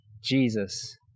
Jesus